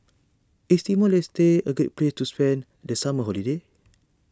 is Timor Leste a great place to spend the summer holiday